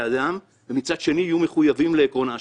האדם ומצד שני יהיו מחויבים לעקרון האשמה.